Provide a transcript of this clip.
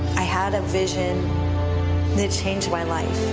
i had a vision that changed my life.